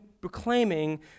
proclaiming